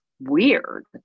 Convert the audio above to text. weird